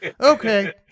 Okay